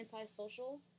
antisocial